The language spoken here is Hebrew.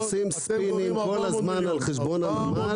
כל הזמן עושים ספינים על חשבון הנמל,